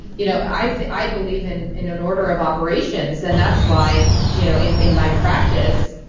you know i i believe in in an order of operations and that's why you know in in my practice,